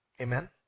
Amen